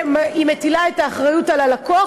והיא אומנם מטילה את האחריות על הלקוח,